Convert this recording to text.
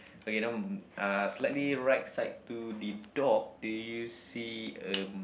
okay um uh slightly right side to the dog do you see um